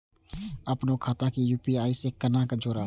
अपनो खाता के यू.पी.आई से केना जोरम?